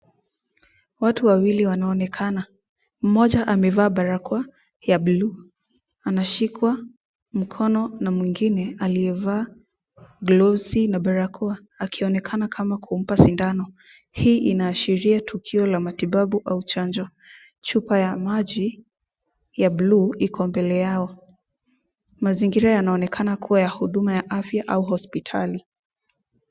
Watu wawili wanaonekana. Mmoja amevaa barakoa ya buluu ameshikwa mkono na mwingine aliyevaa glovu na barakoa akionekana kama kumpa sindano. Hii inaashiria tukio la matibabu au chanjo. Chupa ya maji ya buluu iko mbele yao. Mazingira yanaonekana kuwa ya huduma ya afya au hospitali.